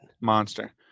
Monster